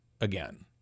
again